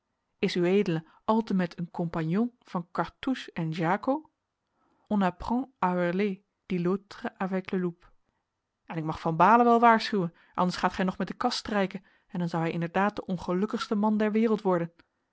dit l'autre avec les loups en ik mag van baalen wel waarschuwen anders gaat gij nog met de kas strijken en dan zou hij inderdaad de ongelukkigste man der wereld worden